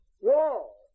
wall